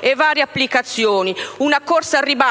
e varie applicazioni: una corsa al ribasso